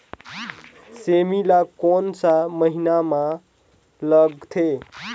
सेमी ला कोन सा महीन मां लगथे?